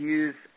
use